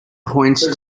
points